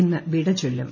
ഇന്ന് വിടചൊല്ലും